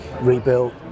rebuilt